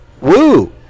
Woo